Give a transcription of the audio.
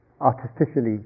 artificially